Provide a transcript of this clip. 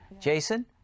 Jason